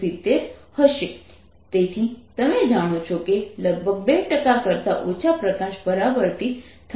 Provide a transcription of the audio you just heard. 832≅1270 તેથી તમે જાણો છો કે લગભગ 2 ટકા કરતા ઓછા પ્રકાશ પરાવર્તિત થાય છે